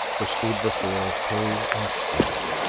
who stood before her pale and still,